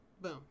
boom